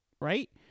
Right